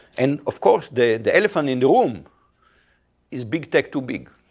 and of course, the the elephant in the room is big tech, too big.